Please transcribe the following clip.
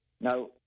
Now